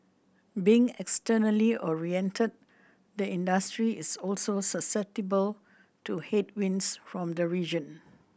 being externally oriented the industry is also susceptible to headwinds from the region